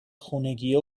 خونگیه